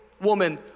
woman